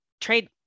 trade